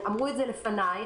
אמרו את זה לפניי.